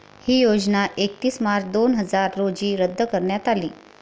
ही योजना एकतीस मार्च दोन हजार रोजी रद्द करण्यात आली